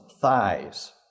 thighs